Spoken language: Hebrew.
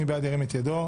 מי בד, ירים את ידו.